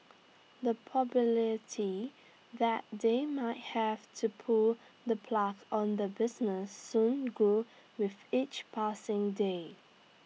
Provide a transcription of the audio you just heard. the probability that they might have to pull the plug on the business soon grew with each passing day